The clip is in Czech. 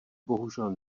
bohužel